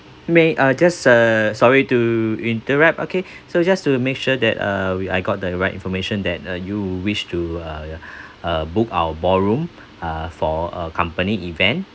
may uh just err sorry to interrupt okay so just to make sure that uh we I got the right information that uh you wish to uh uh book our ballroom uh for a company event